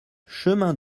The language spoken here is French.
chemin